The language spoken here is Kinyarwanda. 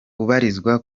ubarizwa